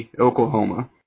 Oklahoma